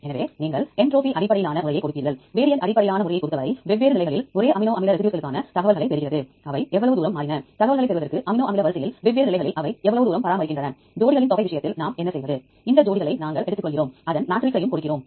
எனவே இரண்டு முக்கியமான தேடல் விருப்பங்கள் உள்ளன ஒன்று ்கெட் என்றி மற்றும் மற்றொன்று ஏஆர்எஸ்ஏ எனவே ்கெட் என்ட்ரி யில் அணுகல் என் மூலம் நீங்கள் ஒரு பதிவில் பெறலாம் மற்றும் ARSA வில் நீங்கள் அனைத்து சுற்று மீட்டெடுப்பு களையும் செய்யலாம்